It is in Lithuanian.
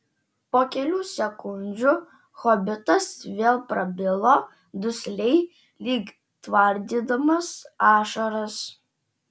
po kelių sekundžių hobitas vėl prabilo dusliai lyg tvardydamas ašaras